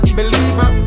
Believer